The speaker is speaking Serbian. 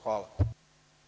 Hvala.